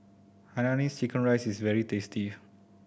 hainanese chicken rice is very tasty